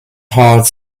heart